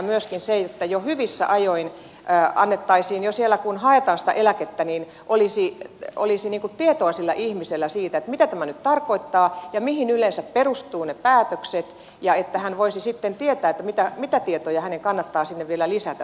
myöskin olisi tärkeää että jo hyvissä ajoin kun haetaan sitä eläkettä olisi tietoa sillä ihmisellä siitä mitä tämä nyt tarkoittaa ja mihin yleensä perustuvat ne päätökset jotta hän voisi sitten tietää mitä tietoja hänen kannattaa sinne papereihin vielä lisätä